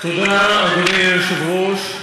תודה, אדוני היושב-ראש.